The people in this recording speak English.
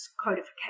codification